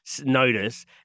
notice